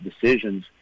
decisions